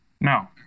No